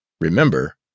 Remember